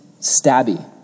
stabby